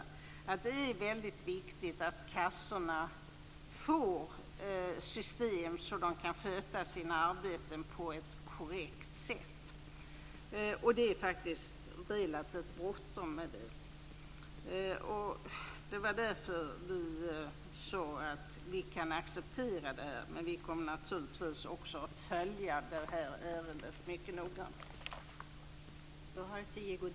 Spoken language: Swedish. Men det är faktiskt väldigt viktigt att kassorna får ett system så att de kan sköta sina arbeten på ett korrekt sätt, och det är relativt bråttom. Det var därför som vi kunde acceptera detta, men vi kommer naturligtvis att följa ärendet mycket noggrant.